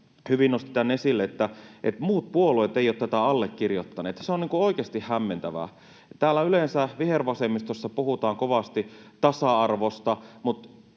hyvin nosti esille, että muut puolueet eivät ole tätä allekirjoittaneet. Se on oikeasti hämmentävää. Täällä yleensä vihervasemmistossa puhutaan kovasti tasa-arvosta,